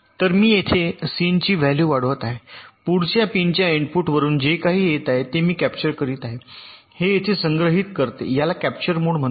तर मी येथे सिन ची व्हॅल्यू साठवत आहे परंतु पिनच्या इनपुटवरून जे काही येत आहे ते मी कॅप्चर करीत आहे हे येथे संग्रहित करते याला कॅप्चर मोड म्हणतात